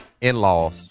in-laws